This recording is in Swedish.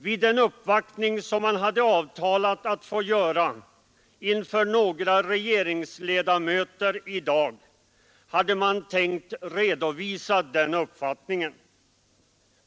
Vid den uppvaktning som man hade avtalat att få göra inför några regeringsledamöter i dag hade man tänkt redovisa den uppfattningen.